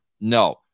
No